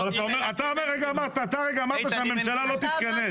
אבל אתה הרגע אמרת שהממשלה לא תתכנס.